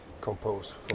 compose